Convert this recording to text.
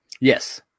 Yes